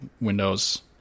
Windows